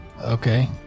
Okay